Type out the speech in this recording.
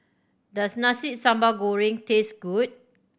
does Nasi Sambal Goreng taste good